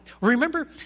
Remember